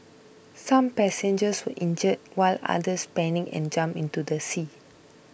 some passengers were injured while others panicked and jumped into the sea